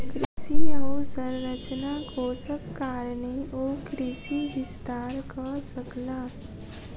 कृषि अवसंरचना कोषक कारणेँ ओ कृषि विस्तार कअ सकला